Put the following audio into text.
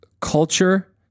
culture